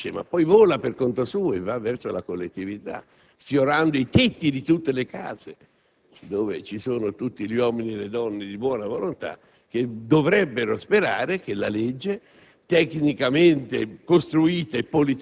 proposta. Infatti, la legge qui nasce, ma poi vola per conto suo e va verso la collettività, sfiorando i tetti di tutte le case, dove vi sono uomini e donne di buona volontà che dovrebbero sperare che la legge,